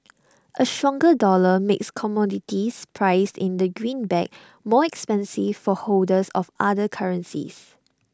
A stronger dollar makes commodities priced in the greenback more expensive for holders of other currencies